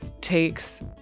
takes